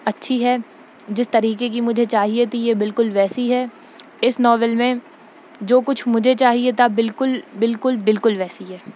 اچھی ہے جس طریقے کی مجھے چاہیے تھی یہ بالکل ویسی ہے اس ناول میں جو کچھ مجھے چاہیے تھا بالکل بالکل بالکل ویسی ہے